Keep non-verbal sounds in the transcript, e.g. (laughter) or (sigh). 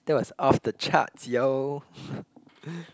that was off the charts yo (laughs)